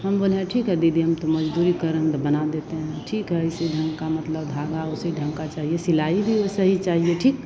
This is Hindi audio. हम बोले हाँ ठीक है दीदी हम तो मज़दूरी करन तो बना देते हैं ठीक है इसी ढंग का मतलब धागा उसी ढंग की चाहिए सिलाई भी वैसी ही चाहिए ठीक